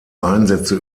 einsätze